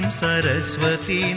saraswati